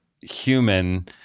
human